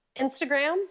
instagram